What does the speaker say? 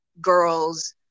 girls